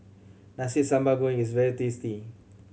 Nasi Sambal Goreng is very tasty